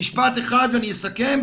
במשפט אחד אני אסכם,